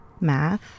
Math